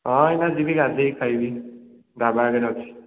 ହଁ ଏଇନା ଯିବି ଗାଧୋଇକି ଖାଇବି ଢାବା ଆଗରେ ଅଛି